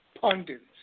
pundits